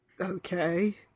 okay